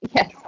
Yes